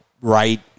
right